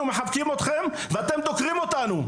אנחנו מחבקים אתכם ואתם דוקרים אותנו.